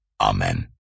Amen